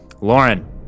Lauren